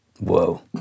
whoa